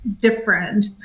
different